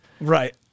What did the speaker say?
Right